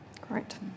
Great